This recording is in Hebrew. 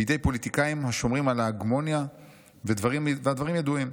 בידי פוליטיקאים השומרים על ההגמוניה והדברים ידועים.